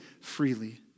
freely